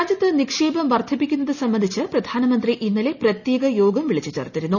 രാജ്യത്ത് നിക്ഷേപം വർദ്ധിപ്പിക്കുന്നത് സ്ട്ബ്സ്ട്ച്ച് പ്രധാനമന്ത്രി ഇന്നലെ പ്രത്യേക യോഗം വിളിച്ചു ചേർത്തിരുന്നു